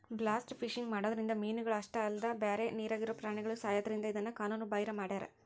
blast fishing ಮಾಡೋದ್ರಿಂದ ಮೇನಗಳ ಅಷ್ಟ ಅಲ್ಲದ ಬ್ಯಾರೆ ನೇರಾಗಿರೋ ಪ್ರಾಣಿಗಳು ಸಾಯೋದ್ರಿಂದ ಇದನ್ನ ಕಾನೂನು ಬಾಹಿರ ಮಾಡ್ಯಾರ